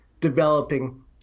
developing